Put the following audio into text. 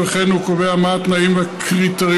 וכן הוא קובע מה התנאים והקריטריונים,